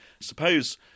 Suppose